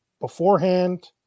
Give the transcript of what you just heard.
beforehand